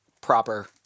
proper